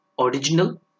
original